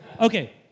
Okay